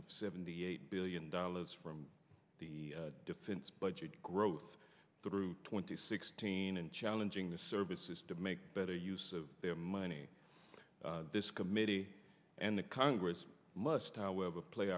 of seventy eight billion dollars from the defense budget growth through twenty sixteen and challenging the services to make better use of their money this committee and the congress must however play